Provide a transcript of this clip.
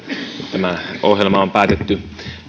tämä ohjelma on päätetty